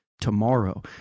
tomorrow